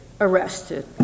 arrested